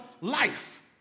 life